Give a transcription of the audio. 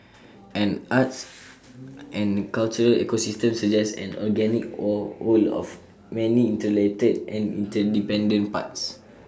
an arts and cultural ecosystem suggests an organic all whole of many interrelated and interdependent parts